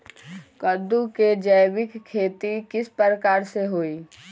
कददु के जैविक खेती किस प्रकार से होई?